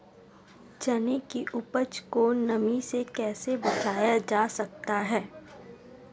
चने की उपज को नमी से कैसे बचाया जा सकता है?